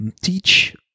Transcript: teach